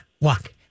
walk